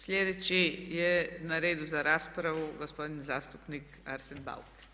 Sljedeći je na redu za raspravu gospodin zastupnik Arsen Bauk.